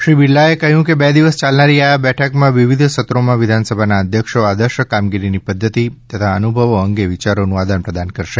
શ્રી બિરલાએ કહ્યું કે બે દિવસ યાલનારી આ બેઠકમાં વિવિધ સત્રોમાં વિધાનસભાના અધ્યક્ષો આદર્શ કામગીરીની પદ્વતિ તથા અનુભવો અંગે વિયારોનું આદાન પ્રદાન કરશે